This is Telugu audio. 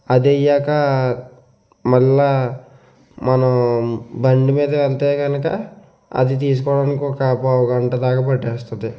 అదయ్యాక మళ్ళా మనం బండి మీద వెళ్తే గనక అది తీసుకోడానికి ఒక పావు గంట దాక పట్టేస్తుంది